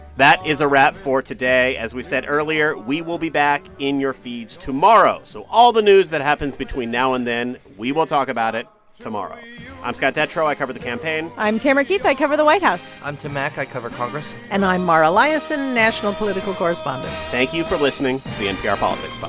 that is a wrap for today. as we said earlier, we will be back in your feeds tomorrow. so all the news that happens between now and then we will talk about it tomorrow i'm scott detrow. i cover the campaign i'm tamara keith. i cover the white house i'm tim mak. i cover congress and i'm mara liasson, national political correspondent thank you for listening to the npr politics